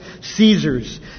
Caesars